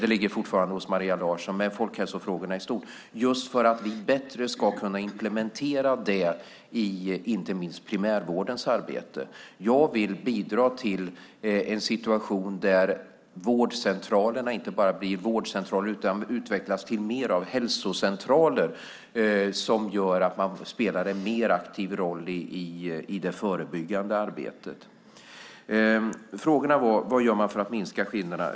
Det ligger fortfarande hos Maria Larsson, men jag har tagit över folkhälsofrågorna i stort för att vi bättre ska kunna implementera detta inte minst i primärvårdens arbete. Jag vill bidra till en situation där vårdcentralerna inte bara blir vårdcentraler utan mer utvecklas till hälsocentraler. Det skulle innebära att de kan spela en mer aktiv roll i det förebyggande arbetet. Frågan var vad vi gör för att minska skillnaderna.